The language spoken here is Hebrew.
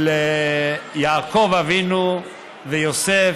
של יעקב אבינו ויוסף,